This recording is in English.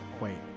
wait